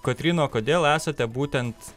kotryna o kodėl esate būtent